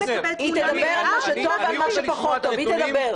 היא תדבר על מה שטוב ועל מה שפחות טוב, היא תדבר.